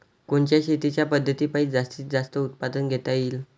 कोनच्या शेतीच्या पद्धतीपायी जास्तीत जास्त उत्पादन घेता येईल?